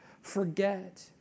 forget